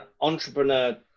entrepreneur